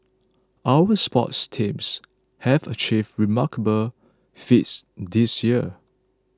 our sports teams have achieved remarkable feats this year